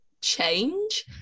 change